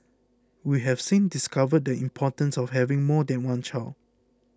we have since discovered the importance of having more than one child